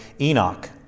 Enoch